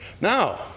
Now